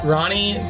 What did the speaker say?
Ronnie